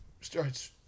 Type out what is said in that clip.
starts